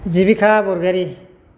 जिबिका बरग'यारि